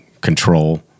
control